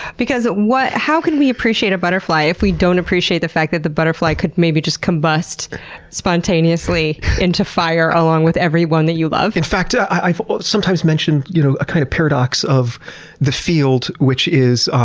because, how can we appreciate a butterfly if we don't appreciate the fact that the butterfly could maybe just combust spontaneously into fire along with everyone that you love? in fact, ah i sometimes mention you know a kind of paradox of the field, which is